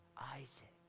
Isaac